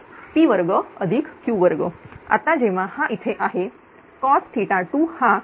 आता जेव्हा हा इथे आहे cos2 हा PS2 आहे